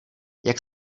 jak